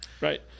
Right